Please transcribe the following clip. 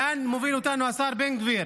לאן מוביל אותנו השר בן גביר?